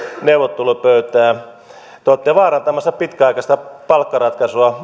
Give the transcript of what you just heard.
neuvottelupöytää te olette vaarantamassa pitkäaikaista palkkaratkaisua